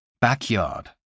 Backyard